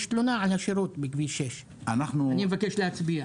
יש תלונה על השירות בכביש 6. אני מבקש להצביע.